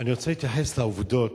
אני רוצה להתייחס לעובדות.